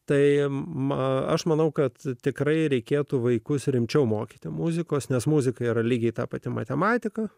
tai ema aš manau kad tikrai reikėtų vaikus rimčiau mokyti muzikos nes muzika yra lygiai ta pati matematika